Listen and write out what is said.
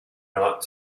not